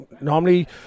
Normally